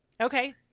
Okay